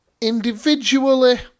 Individually